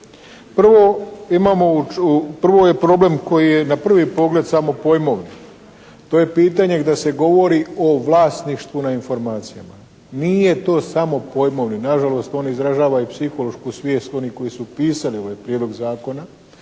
prvo je problem koji je na prvi pogled samo pojmovno. To je pitanje da se govori o vlasništvu na informacijama. Nije to samo pojmovni. Nažalost on izražava i psihološku svijest onih koji su pisali ovaj prijedlog zakona,